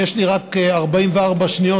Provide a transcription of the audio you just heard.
כי יש לי רק 44 שניות,